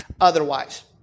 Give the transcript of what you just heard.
otherwise